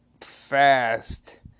fast